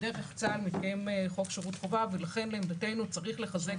ודרך צה"ל מתקיים חוק שירות חובה ולכן לעמדתנו צריך לחזק